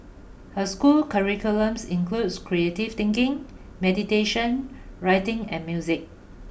her school curriculums includes creative thinking meditation writing and music